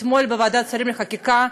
אתמול בוועדת השרים לחקיקה,